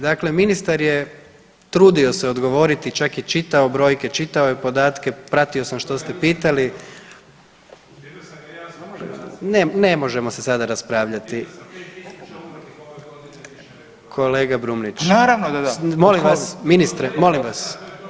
Dakle, ministar je trudio se odgovoriti čak je i čitao brojke, čitao je podatke, pratio sam što ste ga pitali … [[Upadica se ne razumije.]] Ne možemo se sada raspravljati … [[Upadica se ne razumije.]] Kolega Brumnić [[Upadica Beroš: Pa naravno da da.]] molim vas ministre, molim vas.